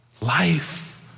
Life